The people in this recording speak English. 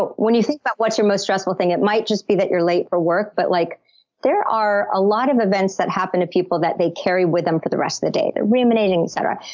but when you think about what's your most stressful thing, it might just be that you're late for work, but like there are a lot of events that happen to people that they carry with them for the rest of the day, they're ruminating, etc.